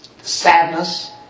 sadness